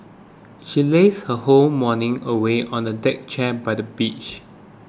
she lazed her whole morning away on a deck chair by the beach